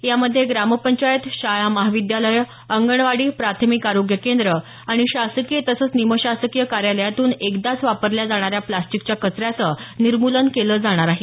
यामध्ये ग्राम पंचायत शाळा महाविद्यालयं अंगणवाडी प्राथमिक आरोग्य केंद्र आणि शासकीय तसंच निमशासकीय कार्यालयातून एकदाच वापरल्या जाणाऱ्या प्लास्टीकच्या कचऱ्याचं निर्मूलन केलं जाणार आहे